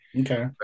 Okay